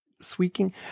squeaking